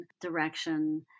direction